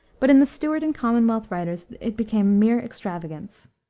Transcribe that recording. but in the stuart and commonwealth writers it became mere extravagance.